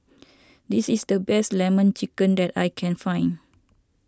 this is the best Lemon Chicken that I can find